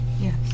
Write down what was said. Yes